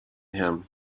him